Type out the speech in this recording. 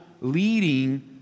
leading